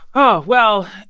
oh, well,